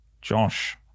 Josh